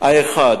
האחד,